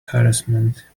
harassment